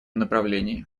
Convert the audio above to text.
направлении